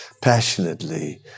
passionately